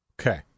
Okay